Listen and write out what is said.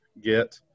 get